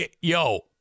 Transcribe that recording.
Yo